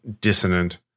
dissonant